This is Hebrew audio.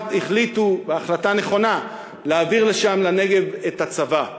החליטו החלטה נכונה, להעביר לשם, לנגב, את הצבא.